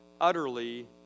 utterly